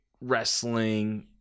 wrestling